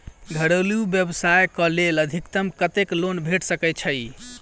घरेलू व्यवसाय कऽ लेल अधिकतम कत्तेक लोन भेट सकय छई?